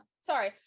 sorry